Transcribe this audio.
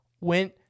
went